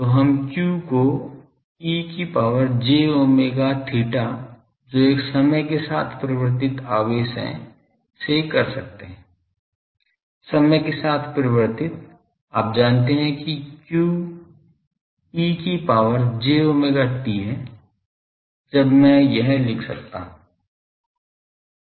तो हम q को e की power j omega theta जो एक समय के साथ परिवर्तित आवेश हैं से सकते है समय के साथ परिवर्तित आप जानते है कि q e की power j omega t हैं तब मैं यह लिख सकता हूं